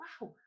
Wow